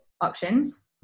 options